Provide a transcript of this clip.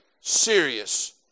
serious